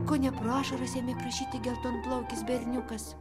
kone pro ašaras ėmė prašyti geltonplaukis berniukas